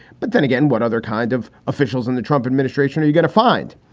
but then again, what other kind of officials in the trump administration are you going to find?